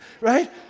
Right